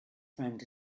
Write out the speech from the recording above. friend